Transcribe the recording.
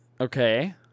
Okay